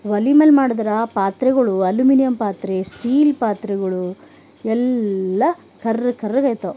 ಒಲೆ ಮ್ಯಾಲ ಮಾಡಿದ್ರೆ ಪಾತ್ರೆಗಳು ಅಲುಮಿನಿಯಂ ಪಾತ್ರೆ ಸ್ಟೀಲ್ ಪಾತ್ರೆಗಳು ಎಲ್ಲ ಕರ್ರ್ ಕರ್ರಗಾಯ್ತವು